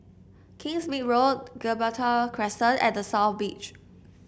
Kingsmead Road Gibraltar Crescent and South Beach